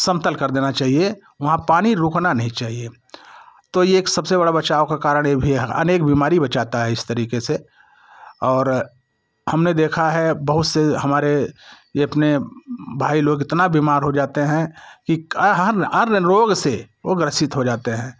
समतल कर देना चाहिए वहाँ पानी रुकना नहीं चाहिए तो ये एक सबसे बड़ा बचाव का कारण ये भी है अनेक बीमारी बचाता है इस तरीके से और हमने देखा है बहुत से हमारे इतने भाई लोग इतना बीमार हो जाते हैं कि अ हर अर्न लोग से वो ग्रसित हो जाते हैं